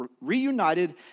reunited